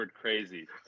crazy